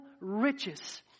riches